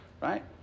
Right